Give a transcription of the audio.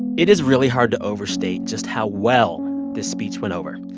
it is really hard to overstate just how well this speech went over.